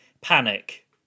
panic